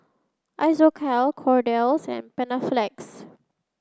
Isocal Kordel's and Panaflex